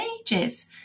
ages